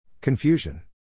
Confusion